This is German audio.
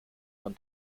man